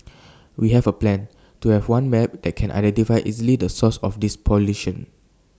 we have A plan to have one map that can identify easily the source of this pollution